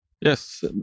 Yes